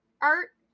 art